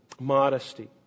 modesty